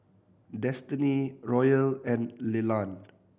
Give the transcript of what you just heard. Destiny Royal and Leland